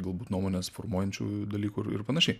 galbūt nuomones formuojančiu dalyku ir ir panašiai